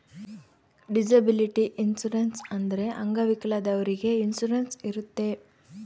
disability insurance ಅಂದ್ರೆ ಅಂಗವಿಕಲದವ್ರಿಗೆ insurance ಇರುತ್ತೆ